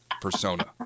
persona